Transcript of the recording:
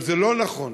אבל זה לא נכון,